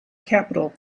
capital